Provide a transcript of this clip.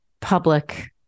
public